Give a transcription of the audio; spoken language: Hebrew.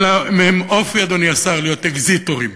אין להם אופי, אדוני השר, להיות אקזיטורים.